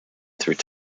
through